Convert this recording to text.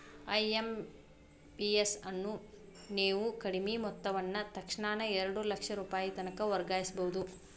IMPS ಅನ್ನು ನೇವು ಕಡಿಮಿ ಮೊತ್ತವನ್ನ ತಕ್ಷಣಾನ ಎರಡು ಲಕ್ಷ ರೂಪಾಯಿತನಕ ವರ್ಗಾಯಿಸ್ಬಹುದು